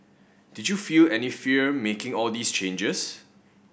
did you feel any fear making all these changes